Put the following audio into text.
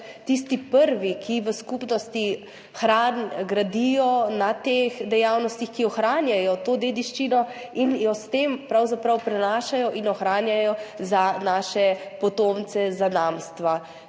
tisti prvi, ki v skupnostih gradijo na teh dejavnostih, ki ohranjajo to dediščino in jo s tem pravzaprav prenašajo in ohranjajo za naše potomce, zanamstva.